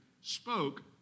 spoke